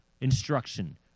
instruction